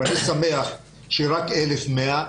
ואני שמח שמדובר רק ב-1,100,